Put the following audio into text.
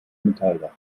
metalldach